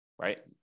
right